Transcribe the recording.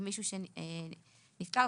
למישהו שנפטר,